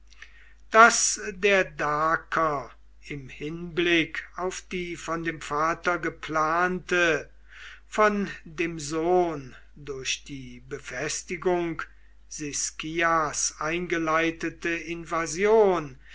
daß der daker im hinblick auf die von dem vater geplante von dem sohn durch die befestigung siscias eingeleitete invasion